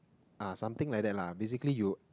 ah something like that lah basically you